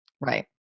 Right